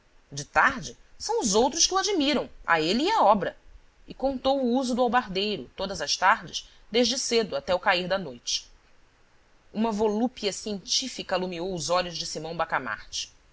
de tarde são os outros que o admiram a ele e à obra e contou o uso do albardeiro todas as tardes desde cedo até o cair da noite uma volúpia científica alumiou os olhos de simão bacamarte